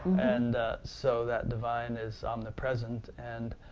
and so that divine is omnipresent, and